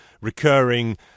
recurring